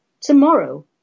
tomorrow